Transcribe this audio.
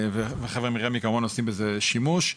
והחבר'ה מרמ"י כמובן עושים בזה שימוש.